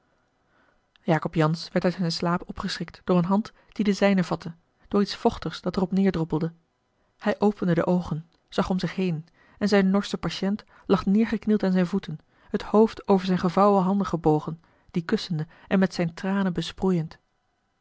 jacob jansz werd uit zijn slaap opgeschrikt door eene hand die de zijne vatte door iets vochtigs dat er op neêrdroppelde hij opende de oogen zag om zich heen en zijn norsche patiënt lag neêrgeknield aan zijne voeten het hoofd over zijne gevouwen handen gebogen die kussende en met zijne tranen basproeiend